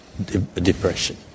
depression